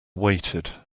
waited